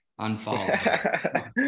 unfollow